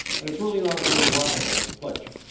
and it's really not a very radical pledge.